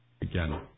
again